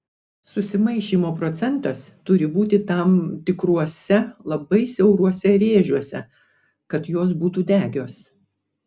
susimaišymo procentas turi būti tam tikruose labai siauruose rėžiuose kad jos būtų degios